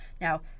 Now